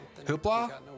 Hoopla